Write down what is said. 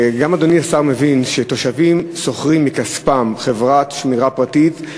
גם אדוני השר מבין שכשתושבים שוכרים בכספם חברת שמירה פרטית,